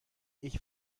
ich